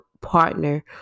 partner